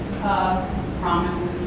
promises